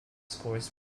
scores